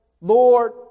Lord